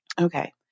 Okay